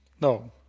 No